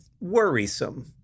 worrisome